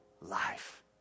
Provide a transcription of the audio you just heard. life